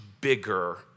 bigger